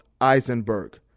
Eisenberg